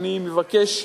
אני מבקש,